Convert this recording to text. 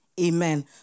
Amen